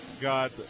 Got